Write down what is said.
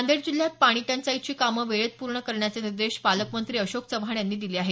नांदेड जिल्ह्यात पाणी टंचाईची कामे वेळेत पूर्ण करण्याचे निर्देश पालकमंत्री अशोक चव्हाण यांनी दिले आहेत